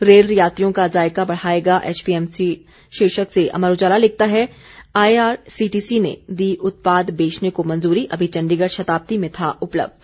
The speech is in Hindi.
रेल यात्रियों का जायका बढ़ाएगा एचपीएमसी शीर्षक से अमर उजाला लिखता है आईआरसीटीसी ने दी उत्पाद बेचने को मंजूरी अभी चंडीगढ़ शताब्दी में था उपलब्ध